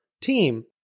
team